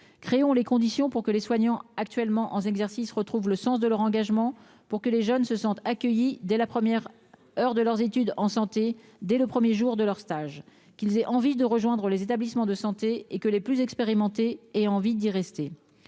créons les conditions pour que les soignants actuellement en exercice, retrouvent le sens de leur engagement pour que les jeunes se sentent accueillis dès la première heure de leurs études en santé dès le 1er jour de leur stage, qu'ils aient envie de rejoindre les établissements de santé, et que les plus expérimentés et envie d'y rester,